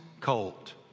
colt